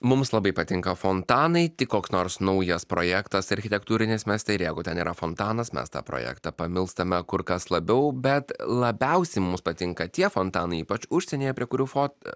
mums labai patinka fontanai tik koks nors naujas projektas architektūrinis mes ir jeigu ten yra fontanas mes tą projektą pamilstame kur kas labiau bet labiausiai mums patinka tie fontanai ypač užsienyje prie kurių foto